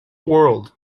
world